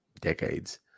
decades